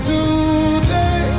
Today